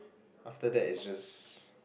after that is just